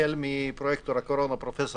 החל מפרויקטור הקורונה, פרופ'